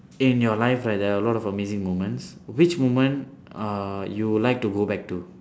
in your life right there are a lot of amazing moments which moment uh you like to go back to